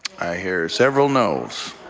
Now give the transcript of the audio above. i hear several noes.